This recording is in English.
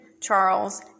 Charles